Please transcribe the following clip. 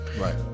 Right